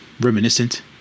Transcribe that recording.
reminiscent